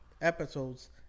episodes